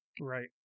Right